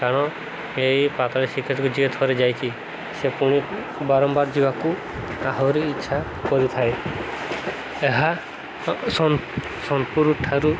କାରଣ ଏଇ ପାାତଳ ଶ୍ରୀକ୍ଷେତ୍ରକୁ ଯିଏ ଥରେ ଯାଇଛି ସେ ପୁଣି ବାରମ୍ବାର ଯିବାକୁ ଆହୁରି ଇଚ୍ଛା କରିଥାଏ ଏହା ସୋନପୁର ଠାରୁ